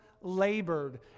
labored